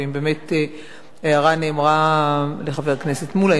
והאם באמת ההערה נאמרה לחבר הכנסת מולה.